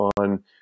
on